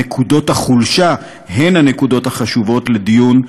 נקודות החולשה הן הנקודות החשובות לדיון,